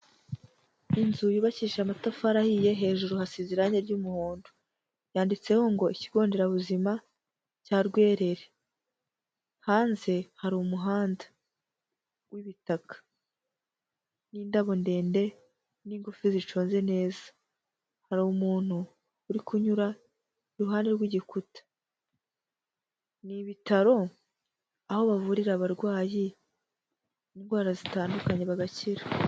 Inzu yubakishije amatafari ahiye hejuru hasize irange ry'umuhondo, yanditseho ngo ikigo nderabuzima cya Rwerere, hanze hari umuhanda w'ibitaka n'indabo ndende n'ingufu ziconze neza, hari uri umuntu uri kunyura iruhande rw'igikuta, ni ibitaro aho bavurira abarwayi indwara zitandukanye bagakira.